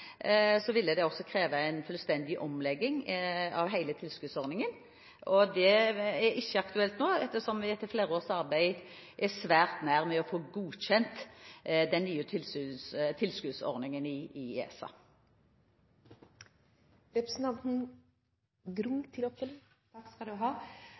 ville det også kreve en fullstendig omlegging av hele tilskuddsordningen. Det er ikke aktuelt nå, ettersom vi etter flere års arbeid er svært nær å få godkjent den nye tilskuddsordningen i ESA.